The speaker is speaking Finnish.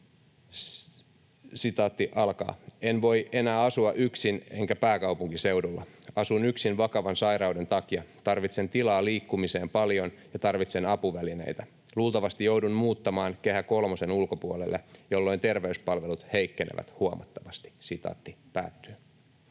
opintojeni ohelle.” ”En voi enää asua yksin enkä pääkaupunkiseudulla. Asun yksin vakavan sairauden takia. Tarvitsen tilaa liikkumiseen paljon ja tarvitsen apuvälineitä. Luultavasti joudun muuttamaan Kehä kolmosen ulkopuolelle, jolloin terveyspalvelut heikkenevät huomattavasti.” ”Olen